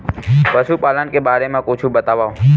पशुपालन के बारे मा कुछु बतावव?